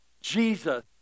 Jesus